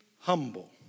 humble